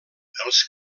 els